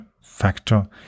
factor